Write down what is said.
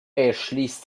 erschließt